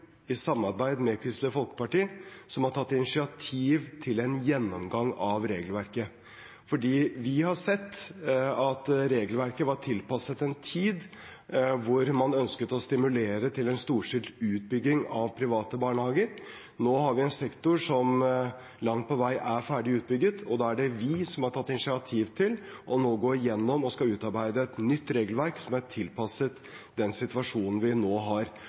i samarbeid med Kristelig Folkeparti, som har tatt initiativ til en gjennomgang av regelverket. Vi har sett at regelverket var tilpasset en tid da man ønsket å stimulere til en storstilt utbygging av private barnehager. Nå har vi en sektor som langt på vei er ferdig utbygd, og da er det vi som har tatt initiativ til å ta en gjennomgang og utarbeide et nytt regelverk som er tilpasset den situasjonen vi har nå.